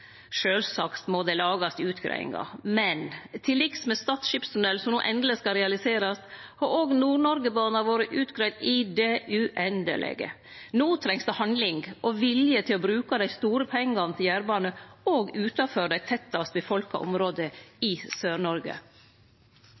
Sjølvsagt må det lagast utgreiingar, men til liks med Stad skipstunell, som no endeleg skal realiserast, har òg Nord-Noreg-banen vore utgreidd i det uendelege. No trengs det handling og vilje til å bruke dei store pengane til jernbane, òg utanfor dei tettast folka områda i